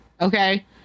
okay